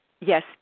Yes